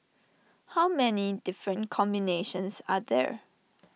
how many different combinations are there